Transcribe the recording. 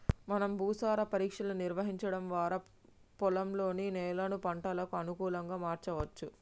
మనం భూసార పరీక్షలు నిర్వహించడం వారా పొలంలోని నేలను పంటలకు అనుకులంగా మార్చవచ్చు